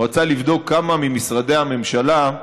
הוא רצה לבדוק כמה ממשרדי הממשלה,